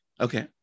Okay